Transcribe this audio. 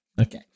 Okay